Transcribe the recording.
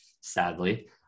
sadly